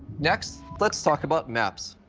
next, let's talk about maps.